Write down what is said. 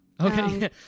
Okay